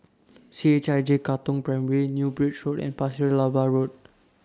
C H I J Katong Primary New Bridge Road and Pasir Laba Road